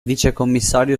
vicecommissario